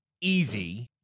easy